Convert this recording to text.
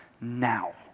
Now